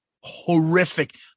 horrific